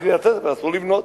בקריית-ספר אסור לבנות,